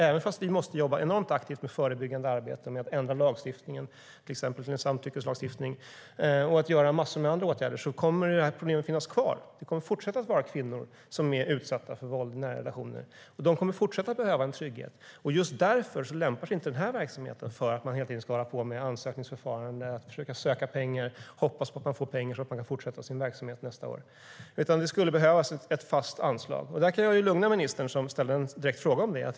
Även om vi måste jobba enormt aktivt med förebyggande arbete, med att ändra lagstiftningen, till exempel genom en samtyckeslagstiftning, och med massor av andra åtgärder kommer problemet att finnas kvar. Det kommer att fortsätta att finnas kvinnor som är utsatta för våld i nära relationer, och de kommer att fortsätta att behöva trygghet. Därför lämpar sig inte den här verksamheten för att man hela tiden ska hålla på med ansökningsförfaranden, försöka söka pengar och hoppas på att man får pengar så att man kan fortsätta sin verksamhet nästa år. Det skulle behövas ett fast anslag. Här kan jag lugna ministern, som ställde en direkt fråga.